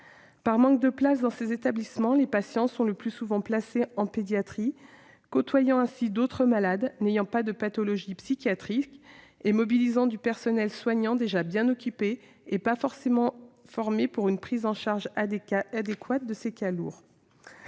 Par manque de places dans ces établissements, les patients sont le plus souvent placés en pédiatrie, côtoyant ainsi d'autres malades n'ayant pas de pathologie psychiatrique et mobilisant du personnel soignant déjà bien occupé et pas forcément formé pour une prise en charge adéquate de ces cas lourds.